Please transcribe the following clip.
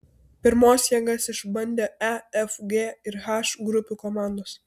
pirmos jėgas išbandė e f g ir h grupių komandos